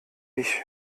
mich